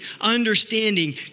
understanding